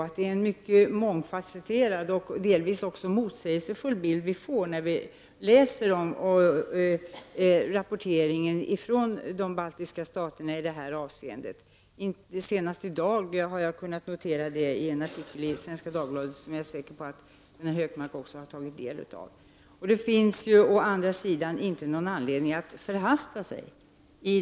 Det är en mycket mångfasetterad och delvis motsägelsefulld bild som vi i dag får i rapporteringen från de baltiska staterna i detta avseende. Senast i dag har jag kunnat notera det i en artikel i Svenska Dagbladet, som jag är säker på att Gunnar Hökmark också har tagit del av. Det finns därför inte någon anledning att förhasta sig.